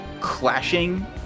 clashing